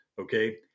okay